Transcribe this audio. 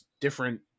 different